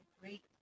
great